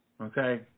Okay